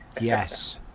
yes